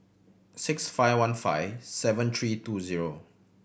six five one five seven three two zero